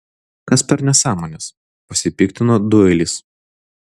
kas per nesąmonės pasipiktino doilis